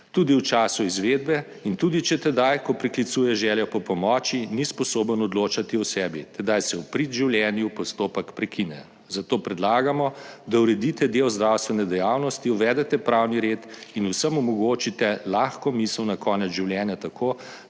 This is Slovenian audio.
tudi v času izvedbe in tudi če tedaj, ko priklicuje željo po pomoči, ni sposoben odločati o sebi, tedaj se v prid življenju postopek prekine. Zato predlagamo, da uredite del zdravstvene dejavnosti, uvedete pravni red in vsem omogočite lahko misel na konec življenja tako,